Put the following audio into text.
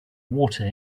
water